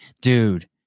dude